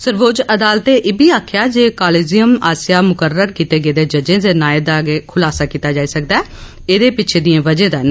सर्वोच्च अदालतै इब्बी आखेआ जे कालेजियम आसेआ मुकरर्र कीते गेदे जजें दे नाएं दा गै खुलासा कीता जाई सकदा ऐ एहदे पिच्छे दिएं वजहें दा नेईं